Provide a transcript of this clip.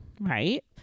Right